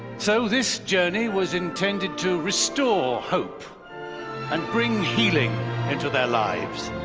so, this journey was intended to restore hope and bring healing into their lives.